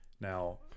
Now